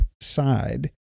side